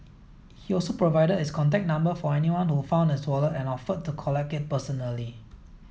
he also provided his contact number for anyone who found his wallet and offered to collect it personally